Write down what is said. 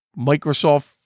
Microsoft